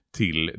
till